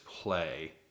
play